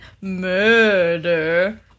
murder